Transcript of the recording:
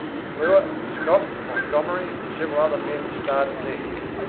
mcclure, scott, montgomery, and several other men started next.